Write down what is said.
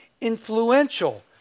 influential